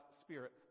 Spirit